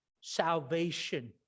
salvation